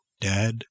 Dad